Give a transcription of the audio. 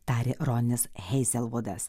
tarė ronis heizelvudas